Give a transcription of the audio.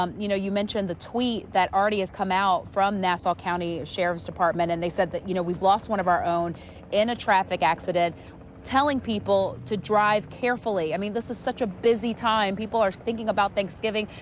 um you know, you mentioned the tweet that already has come out from nassau county sheriff's department. and they said, you you know, we've lost one of our own in a traffic accident telling people to drive carefully. i mean this is such a busy time. people are think about thanksgiving,